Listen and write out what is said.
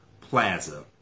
plaza